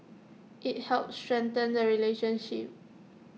IT helps strengthen the relationship